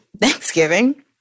Thanksgiving